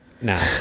no